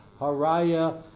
Haraya